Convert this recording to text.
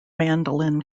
mandolin